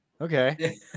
okay